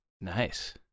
Nice